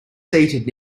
seated